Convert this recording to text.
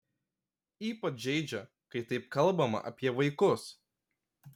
ypač žeidžia kai taip kalbama apie vaikus